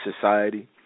society